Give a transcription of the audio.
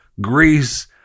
Greece